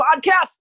podcast